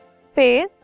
space